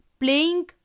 playing